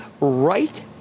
right